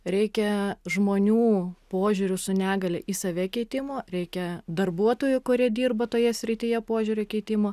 reikia žmonių požiūrių su negalia į save keitimo reikia darbuotojų kurie dirba toje srityje požiūrio keitimo